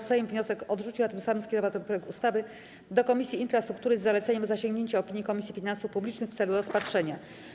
Sejm wniosek odrzucił, a tym samym skierował ten projekt ustawy do Komisji Infrastruktury, z zaleceniem zasięgnięcia opinii Komisji Finansów Publicznych, w celu rozpatrzenia.